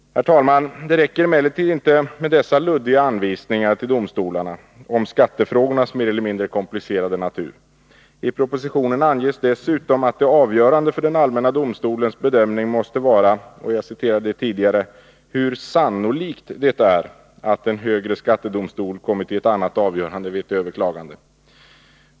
Herr talman! Det räcker emellertid inte med dessa luddiga anvisningar till domstolarna om skattefrågornas mer eller mindre komplicerade natur. I propositionen anges dessutom att det avgörande för den allmänna domstolens bedömning måste vara hur sannolikt det är att en högre skattedomstol kommer till ett annat avgörande vid ett överklagande.